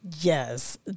yes